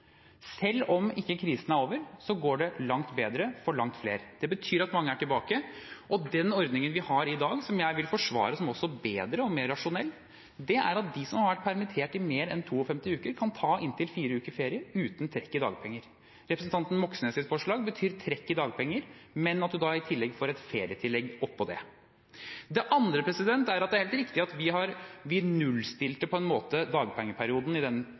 Selv om ikke krisen er over, går det langt bedre for langt flere. Det betyr at mange er tilbake. Den ordningen vi har i dag, og som jeg vil forsvare som bedre og mer rasjonell, er at de som har vært permittert i mer enn 52 uker, kan ta inntil fire uker ferie uten trekk i dagpenger. Representanten Moxnes’ forslag betyr trekk i dagpenger, men at man i tillegg får et ferietillegg oppå det. Det andre er at det er helt riktig at vi nullstilte på en måte dagpengeperioden fra mars og ut oktober. Det betyr at vi nå er tilbake til den